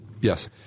yes